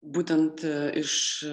būtent iš